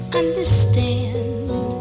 understand